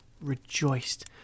rejoiced